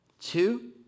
Two